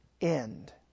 end